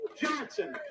Johnson